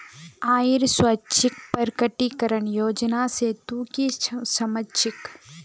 आइर स्वैच्छिक प्रकटीकरण योजना से तू की समझ छि